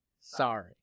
sorry